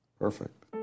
Perfect